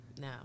No